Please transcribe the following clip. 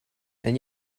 and